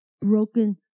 broken